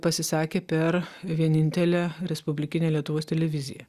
pasisakė per vienintelę respublikinę lietuvos televiziją